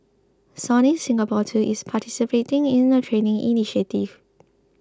Sony Singapore too is participating in the training initiative